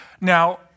Now